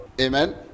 Amen